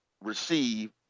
receive